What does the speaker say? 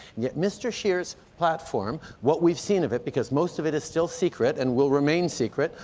yet, mr. scheer's platform what we've seen of it, because most of it is still secret and will remain secret,